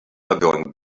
going